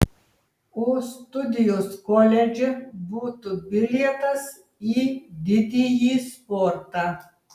o studijos koledže būtų bilietas į didįjį sportą